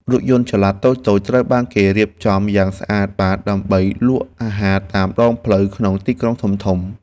រថយន្តចល័តតូចៗត្រូវបានគេរៀបចំយ៉ាងស្អាតបាតដើម្បីលក់អាហារតាមដងផ្លូវក្នុងទីក្រុងធំៗ។